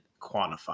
quantify